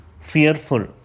fearful